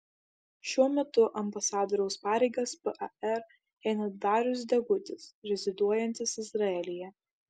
šiuo metu ambasadoriaus pareigas par eina darius degutis reziduojantis izraelyje